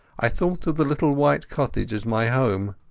i thought of the little white cottage as my home,